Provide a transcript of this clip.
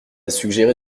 suggéré